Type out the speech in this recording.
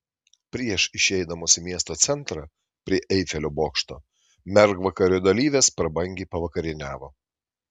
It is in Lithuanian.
prieš išeidamos į miesto centrą prie eifelio bokšto mergvakario dalyvės prabangiai pavakarieniavo